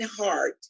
heart